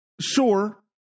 Sure